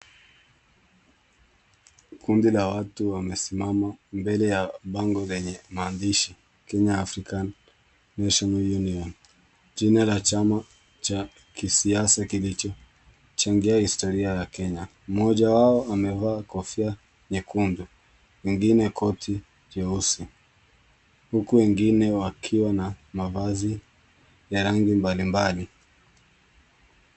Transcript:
Kundi la watu wamesimama mbele ya bango lenye maandishi Kenya African National Union, jina la chama cha kisiasa kilichochangia historia ya Kenya. Mmoja wao amevaa kofia nyekundu, mwingine koti jeusi huku wengine wakiwa na mavazi ya rangi mbalimbali.